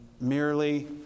merely